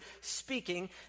speaking